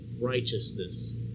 righteousness